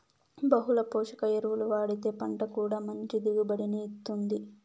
బహుళ పోషక ఎరువులు వాడితే పంట కూడా మంచి దిగుబడిని ఇత్తుంది